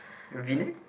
V neck